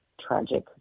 tragic